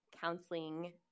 counseling